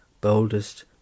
boldest